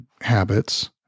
habits